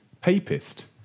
papist